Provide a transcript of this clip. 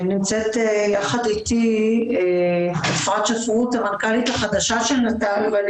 יחד איתי נמצאת אפרת שפרוט המנכ"לית החדשה של נט"ל ואני